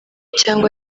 cyangwa